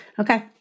okay